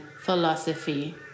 philosophy